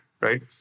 right